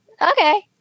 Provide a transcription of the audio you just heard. Okay